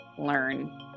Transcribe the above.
learn